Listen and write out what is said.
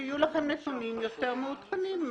וכשיהיו לכם נתונים יותר מעודכנים,